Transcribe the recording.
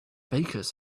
bakers